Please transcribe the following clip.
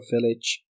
village